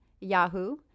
Yahoo